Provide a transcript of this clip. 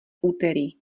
úterý